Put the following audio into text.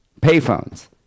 Payphones